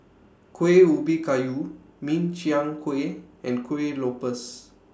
Kuih Ubi Kayu Min Chiang Kueh and Kuih Lopes